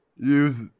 Use